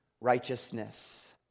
righteousness